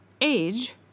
Age